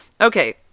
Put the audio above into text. Okay